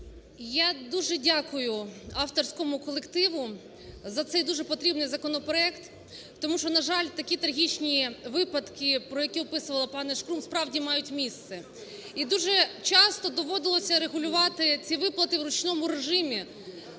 Я дуже дякую авторському колективу за цей дуже потрібний законопроект, тому що, на жаль, такі трагічні випадки, про які описувала паніШкрум, справді мають місце. І дуже часто доводилося регулювати ці виплати в ручному режимі.